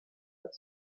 hat